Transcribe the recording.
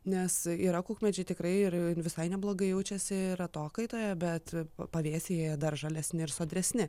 nes yra kukmedžiai tikrai ir visai neblogai jaučiasi ir atokaitoje bet pavėsyje jie dar žalesni ir sodresni